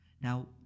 Now